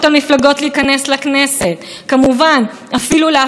כל היום מגישים הצעות חוק שיחלישו את מעמדה של הכנסת,